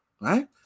Right